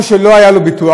או שלא היה לו ביטוח,